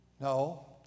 No